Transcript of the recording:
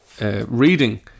reading